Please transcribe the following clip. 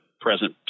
present